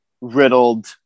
riddled